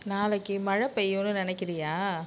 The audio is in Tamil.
நாளைக்கு மழை பெய்யும்னு நினக்கிறியா